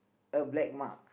a black mark